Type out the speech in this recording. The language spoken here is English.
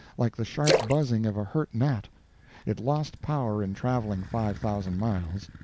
like the sharp buzzing of a hurt gnat it lost power in traveling five thousand miles.